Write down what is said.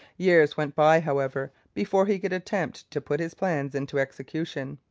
years went by, however, before he could attempt to put his plans into execution.